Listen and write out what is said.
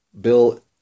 bill